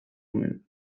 nuen